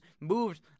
moved